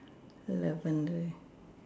eleven already